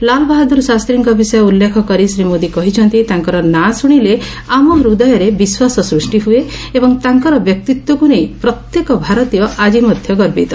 ଲାଲ୍ ବାହାଦୁର ଶାସୀଙ୍କ ବିଷୟ ଉଲ୍ଲ୍ରେଖ କରି ଶ୍ରୀ ମୋଦି କହିଛନ୍ତି ତାଙ୍କର ନାଁ ଶୁଣିଲେ ଆମ ହୃଦୟରେ ବିଶ୍ୱାସ ସୃଷ୍ଟି ହୁଏ ଏବଂ ତାଙ୍କର ବ୍ୟକ୍ତିତ୍ୱକୁ ନେଇ ପ୍ରତ୍ୟେକ ଭାରତୀୟ ଆଜି ମଧ୍ୟ ଗର୍ବିତ